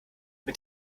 mit